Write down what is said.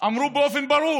אמרו באופן ברור